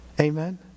Amen